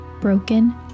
broken